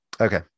okay